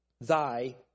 thy